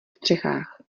střechách